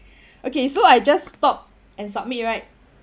okay so I just stop and submit right